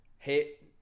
Hit